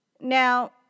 Now